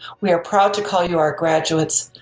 we are proud to call you our graduates.